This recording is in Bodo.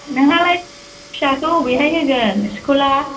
नोंहालाय फिसाखौ अबेहाय होगोन स्कुला